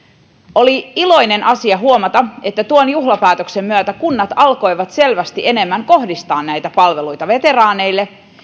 oli iloinen asia huomata että tuon juhlapäätöksen myötä kunnat alkoivat selvästi enemmän kohdistaa näitä palveluita veteraaneille